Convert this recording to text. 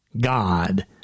God